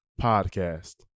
podcast